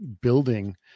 building